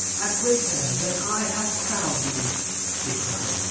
a greater than i hath crowned thee he cried,